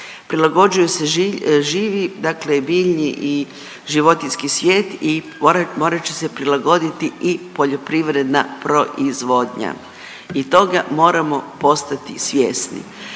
prilagođuju se živi, dakle biljni i životinjski svijet i morat će se prilagodit poljoprivredna proizvodnja i toga moramo postati svjesni